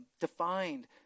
defined